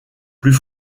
plus